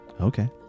Okay